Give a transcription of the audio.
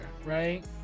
Right